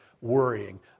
worrying